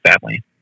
family